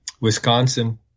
Wisconsin